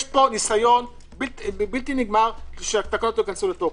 יש פה ניסיון בלתי נגמר שהתקנות לא ייכנסו לתוקף.